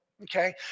okay